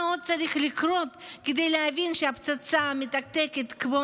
מה עוד צריך לקרות כדי להבין שפצצה מתקתקת כמו